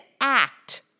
act